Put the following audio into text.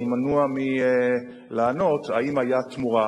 אני מנוע מלענות אם היתה תמורה.